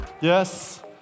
Yes